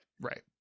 Right